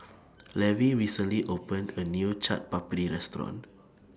Levy recently opened A New Chaat Papri Restaurant